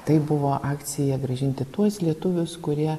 tai buvo akcija grąžinti tuos lietuvius kurie